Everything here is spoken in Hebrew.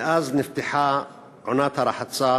מאז נפתחה עונת הרחצה